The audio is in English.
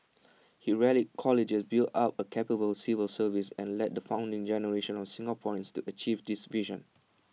he rallied colleagues built up A capable civil service and led the founding generation of Singaporeans to achieve this vision